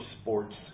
sports